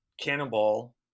Cannonball